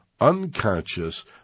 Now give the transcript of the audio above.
unconscious